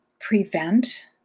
prevent